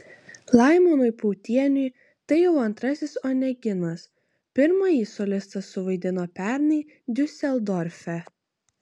laimonui pautieniui tai jau antrasis oneginas pirmąjį solistas suvaidino pernai diuseldorfe